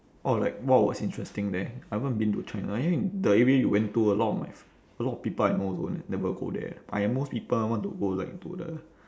orh like what was interesting there I haven't been to china anyway the area you went to a lot of my f~ a lot of people I know also never go there but I most people want to go like to the